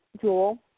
jewel